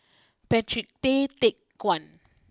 Patrick Tay Teck Guan